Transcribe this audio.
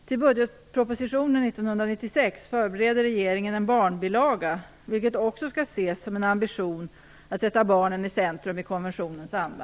Till budgetpropositionen 1996 förbereder regeringen en barnbilaga, vilket också skall ses som en ambition att sätta barnen i centrum i konventionens anda.